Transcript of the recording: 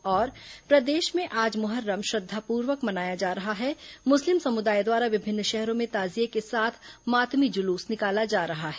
और प्रदेश में आज मुहर्रम श्रद्वापूर्वक मनाया जा रहा है मुस्लिम समुदाय द्वारा विभिन्न शहरों में ताजिए के साथ मातमी जुलूस निकाला जा रहा है